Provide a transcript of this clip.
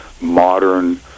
modern